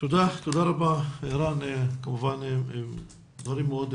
תודה, תודה רבה, רן, כמובן, דברים מאוד חשובים.